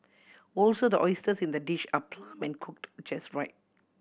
also the oysters in the dish are plump and cooked just right